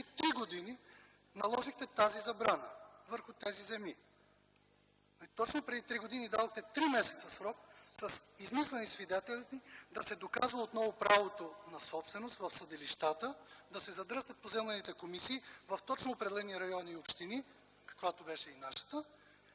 три години наложихте тази забрана върху тези земи. Точно преди три години дадохте три месеца срок единствено със свидетели да се доказва отново правото на собственост в съдилищата, да се задръстят поземлените комисии, в точно определени райони и общини, каквато беше и нашата,